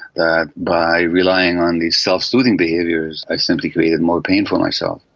that by relying on these self-soothing behaviours, i simply created more pain for myself.